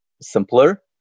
simpler